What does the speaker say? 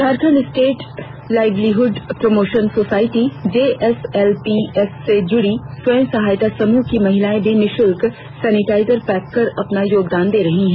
Jharkhand state livelihood promotion society JSLPS से जुड़ी स्वयं सहायता समूह की महिलाएं भी निःशुल्क सेनेटाइजर पैक कर अपना योगदान दे रही हैं